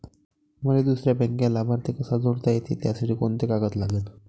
मले दुसऱ्या बँकेचा लाभार्थी कसा जोडता येते, त्यासाठी कोंते कागद लागन?